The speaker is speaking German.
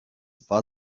war